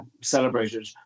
celebrated